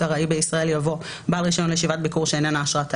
ארעי בישראל" יבוא "בעל רישיון לישיבת ביקור שאיננה אשרת תייר".